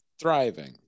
thriving